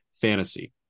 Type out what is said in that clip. Fantasy